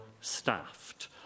staffed